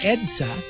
Edsa